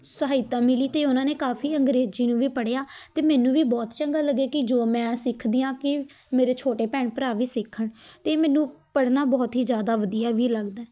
ਸਹਾਇਤਾ ਮਿਲੀ ਅਤੇ ਉਹਨਾਂ ਨੇ ਕਾਫੀ ਅੰਗਰੇਜ਼ੀ ਨੂੰ ਵੀ ਪੜ੍ਹਿਆ ਅਤੇ ਮੈਨੂੰ ਵੀ ਬਹੁਤ ਚੰਗਾ ਲੱਗਿਆ ਕਿ ਜੋ ਮੈਂ ਇਹ ਸਿੱਖਦੀ ਹਾਂ ਕਿ ਮੇਰੇ ਛੋਟੇ ਭੈਣ ਭਰਾ ਵੀ ਸਿੱਖਣ ਅਤੇ ਮੈਨੂੰ ਪੜ੍ਹਨਾ ਬਹੁਤ ਹੀ ਜ਼ਿਆਦਾ ਵਧੀਆ ਵੀ ਲੱਗਦਾ